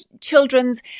children's